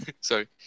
sorry